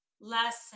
lesson